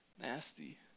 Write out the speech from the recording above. nasty